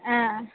ஆ